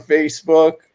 Facebook